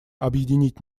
объединить